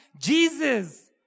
Jesus